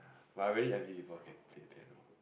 but I really envy people can play piano